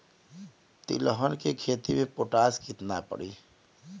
तिलहन के खेती मे पोटास कितना पड़ी?